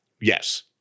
Yes